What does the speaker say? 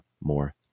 more